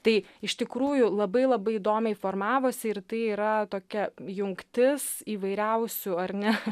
tai iš tikrųjų labai labai įdomiai formavosi ir tai yra tokia jungtis įvairiausių ar ne